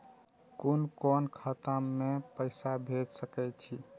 कुन कोण खाता में पैसा भेज सके छी?